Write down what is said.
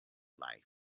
life